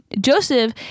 Joseph